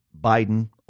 Biden